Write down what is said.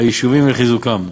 היישובים ולחזקם.